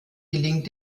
gelingt